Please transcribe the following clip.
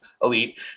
Elite